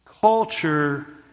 culture